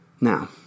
Now